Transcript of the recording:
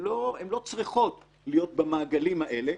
הן לא צריכות להיות במעגלים האלה,